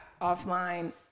offline